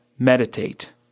Meditate